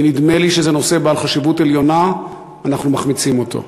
כי נדמה לי שזה נושא בעל חשיבות עליונה ואנחנו מחמיצים אותו.